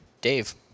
Dave